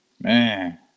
man